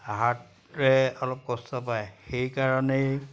heart অলপ কষ্ট পায় সেইকাৰণেই